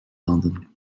landen